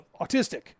autistic